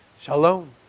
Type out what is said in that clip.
shalom